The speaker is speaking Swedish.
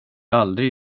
aldrig